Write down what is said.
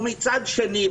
ומצד שני,